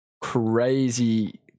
crazy